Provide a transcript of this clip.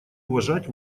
уважать